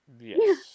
Yes